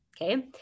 Okay